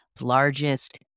largest